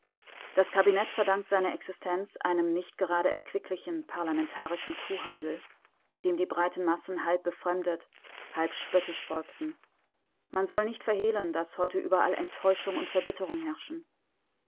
das kabinett verdankt seine existenz einem nicht gerade erquicklichen parlamentarischen kuhhandel dem die breiten massen halb befremdet halb spöttisch folgten man soll nicht verhehlen daß heute überall enttäuschung und verbitterung herrschen